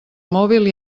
mòbil